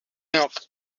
milk